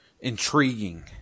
intriguing